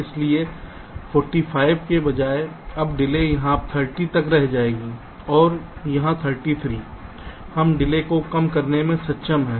इसलिए 45 के बजाय अब डिलेयहां 30 तक आ रही है और यहां 33 हम डिले को कम करने में सक्षम हैं